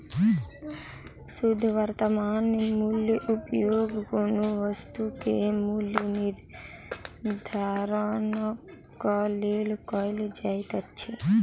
शुद्ध वर्त्तमान मूल्यक उपयोग कोनो वस्तु के मूल्य निर्धारणक लेल कयल जाइत अछि